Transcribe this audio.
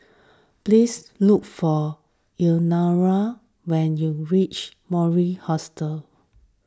please look for Elenora when you reach Mori Hostel